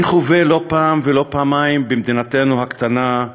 אני חווה כאב לא פעם ולא פעמיים, במדינתנו הקטנה,